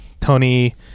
Tony